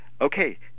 okay